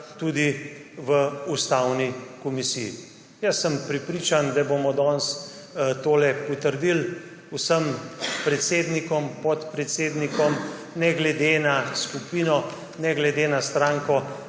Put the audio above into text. tudi v Ustavni komisiji. Prepričan sem, da bomo danes tole potrdili. Vsem predsednikom, podpredsednikom ne glede na skupino, ne glede na stranko